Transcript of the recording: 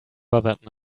bothered